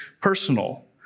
Personal